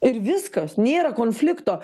ir viskas nėra konflikto